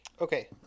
Okay